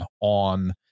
on